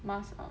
mask ah